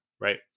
right